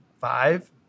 five